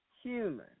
human